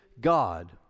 God